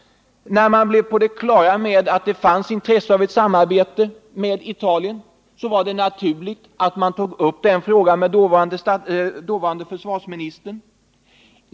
När man blev på det klara med att det fanns intresse av ett samarbete med Italien var det naturligt att man tog upp den frågan med den dåvarande försvarsministern.